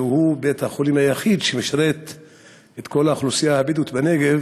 שהוא בית-החולים היחיד שמשרת את כל האוכלוסייה הבדואית בנגב,